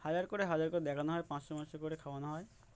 হাজার করে হাজার করে দেখানো হয় পাঁচশো পাঁচশো করে খাওয়ানো হয়